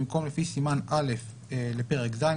במקום "לפי סימן א' לפרק ז'",